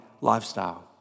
lifestyle